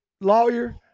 lawyer